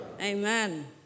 Amen